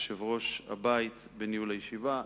יושב-ראש הבית בניהול הישיבה,